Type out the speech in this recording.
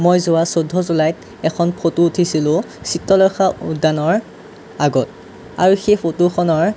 মই যোৱা চৈধ্য জুলাইত এখন ফটো উঠিছিলোঁ চিত্ৰলেখা উদ্যানৰ আগত আৰু সেই ফটোখনৰ